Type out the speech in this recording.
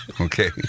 Okay